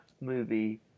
movie